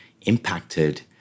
impacted